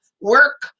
work